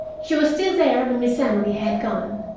she was still there when miss emily had gone,